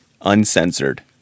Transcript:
Uncensored